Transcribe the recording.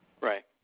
Right